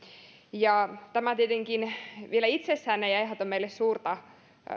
tämä tietenkään vielä itsessään ei aiheuta meille